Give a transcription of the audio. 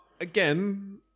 again